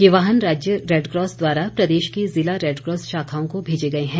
ये वाहन राज्य रेडक्रॉस द्वारा प्रदेश की ज़िला रेडक्रॉस शाखाओं को भेजे गए हैं